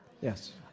Yes